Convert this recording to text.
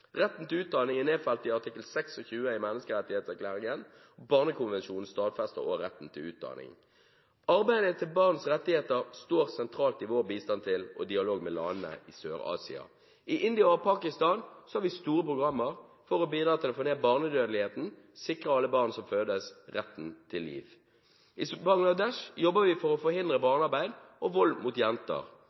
Retten til utdanning er nedfelt i Artikkel 26 i Menneskerettighetserklæringen. Barnekonvensjonen stadfester også retten til utdanning. Arbeidet for barns rettigheter står sentralt i vår bistand til og dialog med landene i Sør-Asia. I India og Pakistan har vi store programmer for å bidra til å få ned barnedødeligheten og sikre alle barn som fødes, retten til liv. I Bangladesh jobber vi for å forhindre barnearbeid og vold mot jenter.